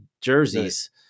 jerseys